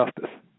justice